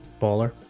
baller